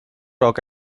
rock